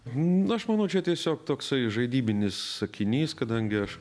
na aš manau čia tiesiog toksai žaidybinis sakinys kadangi aš